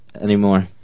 anymore